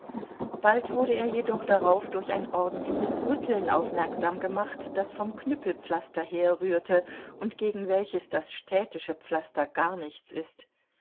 bald wurde er jedoch darauf durch ein ordentliches rütteln aufmerksam gemacht das vom knüppelpflaster herrührte und gegen welches das städtische pflaster gar nichts ist